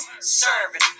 serving